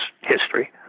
history